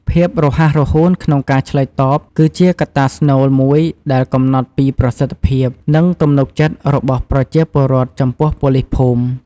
ភាពរហ័សរហួនក្នុងការឆ្លើយតបគឺជាកត្តាស្នូលមួយដែលកំណត់ពីប្រសិទ្ធភាព និងទំនុកចិត្តរបស់ប្រជាពលរដ្ឋចំពោះប៉ូលីសភូមិ។